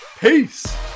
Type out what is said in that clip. Peace